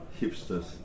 hipsters